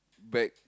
back